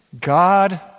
God